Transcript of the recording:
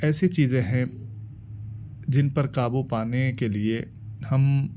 ایسی چیزیں ہیں جن پر قابو پانے کے لیے ہم